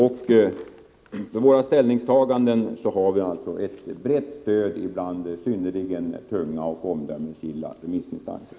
För våra ställningstaganden har vi alltså ett brett stöd från synnerligen tunga och omdömesgilla remissinstanser.